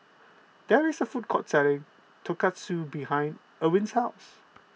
there is a food court selling Tonkatsu behind Erin's house